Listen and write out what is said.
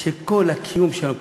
שכל הקיום שלנו,